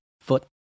Foot